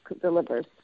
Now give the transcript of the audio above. delivers